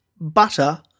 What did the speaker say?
butter